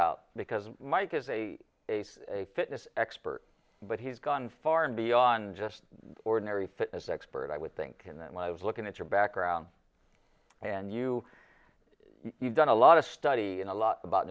out because mike is a base fitness expert but he's gone far beyond just ordinary fitness expert i would think and then i was looking at your background and you you've done a lot of study and a lot about